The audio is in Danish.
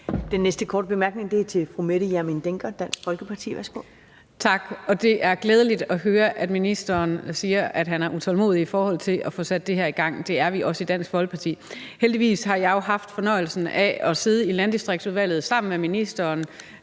Den næste korte bemærkning er fra fru Mette Hjermind Dencker, Dansk Folkeparti. Værsgo. Kl. 12:50 Mette Hjermind Dencker (DF): Tak. Det er glædeligt at høre, at ministeren siger, at han er utålmodig i forhold til at få sat det her i gang. Det er vi også i Dansk Folkeparti. Heldigvis har jeg jo haft fornøjelsen af at sidde i Landdistriktsudvalget sammen med ministeren,